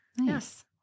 Yes